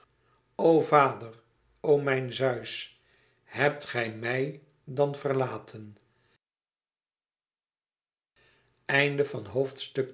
o vader o mijn zeus hebt gij mij dan verlaten